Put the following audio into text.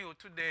today